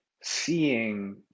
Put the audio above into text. seeing